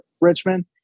Richmond